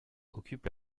occupe